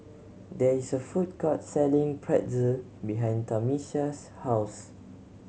there is a food court selling Pretzel behind Tamisha's house